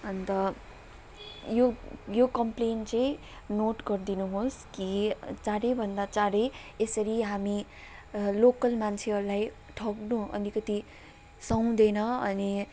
अन्त यो यो कम्प्लेन चाहिँ नोट गरिदिनु होस् कि चाँडै भन्दा चाँडै यसरी हामी लोकल मान्छेहरूलाई ठग्नु अलिकति सुहाउँदैन अनि